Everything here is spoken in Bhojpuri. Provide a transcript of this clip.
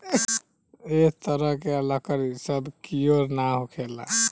ए तरह के लकड़ी सब कियोर ना होखेला